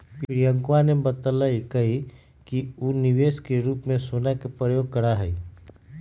प्रियंकवा ने बतल कई कि ऊ निवेश के रूप में सोना के प्रयोग करा हई